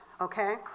okay